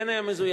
כן היה מזויף,